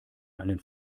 einen